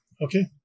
Okay